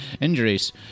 injuries